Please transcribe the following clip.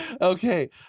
okay